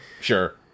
Sure